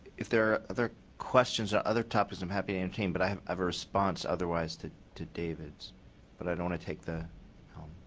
if there are other questions on other topics i'm happy to entertain. but i have a response otherwise to to david's but i don't want to take the helm.